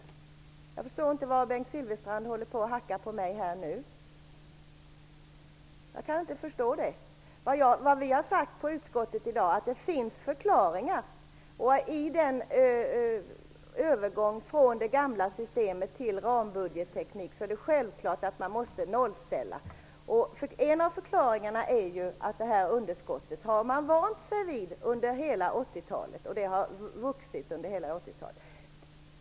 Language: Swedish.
Jag förstår inte varför Bengt Silfverstrand hackar på mig nu. Utskottet har i dag sagt att det finns förklaringar. I den övergång från det gamla systemet till rambudgettekniken måste man självfallet nollställa. En av förklaringarna är att man har vant sig vid detta underskott och att det har vuxit under hela 80-talet.